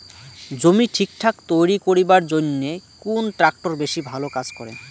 জমি ঠিকঠাক তৈরি করিবার জইন্যে কুন ট্রাক্টর বেশি ভালো কাজ করে?